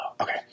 okay